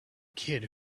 kid